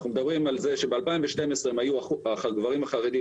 אנחנו מדברים על זה שב-2012 הגברים החרדים